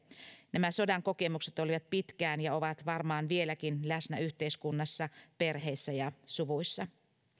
nämä sodan kokemukset olivat pitkään ja ovat varmaan vieläkin läsnä yhteiskunnassa perheissä ja suvuissa